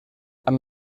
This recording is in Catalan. amb